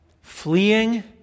fleeing